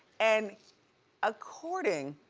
and according,